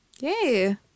yay